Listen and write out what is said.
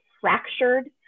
fractured